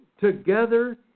together